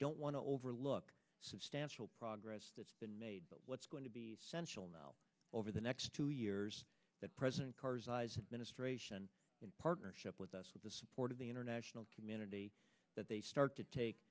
don't want to overlook substantial progress that's been made but what's going to be over the next two years that president karzai administration in partnership with us with the support of the international community that they start to take